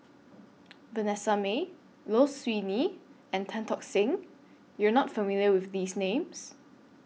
Vanessa Mae Low Siew Nghee and Tan Tock Seng YOU Are not familiar with These Names